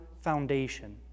foundation